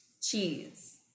Cheese